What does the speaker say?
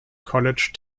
college